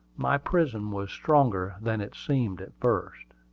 my prison was stronger than it seemed at first.